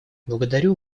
благодарю